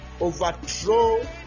Overthrow